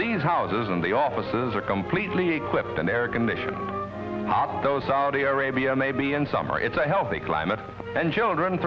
these houses and the offices are completely equipped and air conditioned not those saudi arabia may be in summer it's a healthy climate and children